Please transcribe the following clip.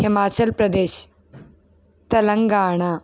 Himachal Pradesh Telangana